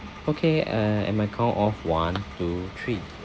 okay uh at my count of one two three